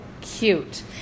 cute